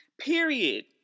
Period